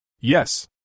Yes